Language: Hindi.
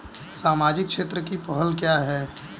सामाजिक क्षेत्र की पहल क्या हैं?